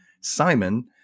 Simon